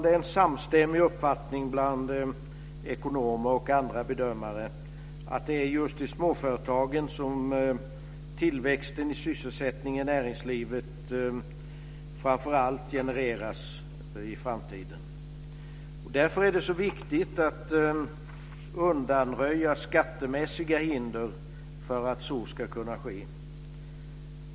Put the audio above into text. Det är en samstämmig uppfattning bland ekonomer och andra bedömare att det är just i småföretagen som tillväxten i sysselsättningen i näringslivet framför allt genereras i framtiden. Därför är det så viktigt att undanröja skattemässiga hinder för att så ska kunna ske.